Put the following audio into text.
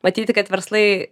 matyti kad verslai